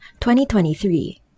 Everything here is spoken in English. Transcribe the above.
2023